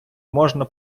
можна